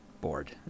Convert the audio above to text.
bored